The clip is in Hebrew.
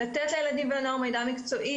לתת לילדים והנוער מידע מקצועי,